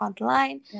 online